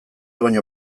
baino